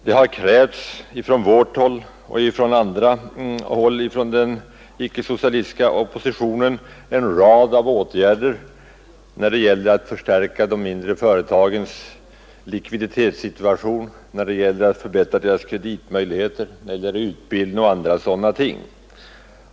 Det har krävts från vårt håll och från andra håll inom den icke-socialistiska oppositionen att en rad åtgärder skulle vidtas när det gäller att förstärka de mindre företagens likviditetssituation, när det gäller att förbättra deras kreditmöjligheter, när det gäller utbildning och andra sådana ting.